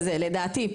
לדעתי,